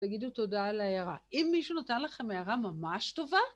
תגידו תודה על ההערה. אם מישהו נותן לכם הערה ממש טובה...